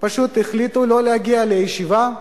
פשוט החליטו לא להגיע לישיבה,